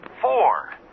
Four